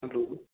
hello